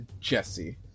Jesse